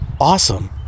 awesome